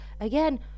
again